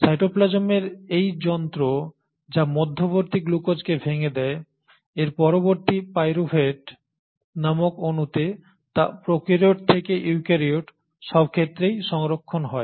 সাইটোপ্লাজমের এই যন্ত্র যা মধ্যবর্তী গ্লুকোজকে ভেঙে দেয় এর মধ্যবর্তী পাইরোভেট নামক অণুতে তা প্রোক্যারিওট থেকে ইউক্যারিওট সব ক্ষেত্রেই সংরক্ষণ হয়